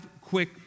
quick